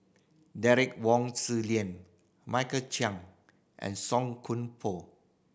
Derek Wong Zi Liang Michael Chiang and Song Koon Poh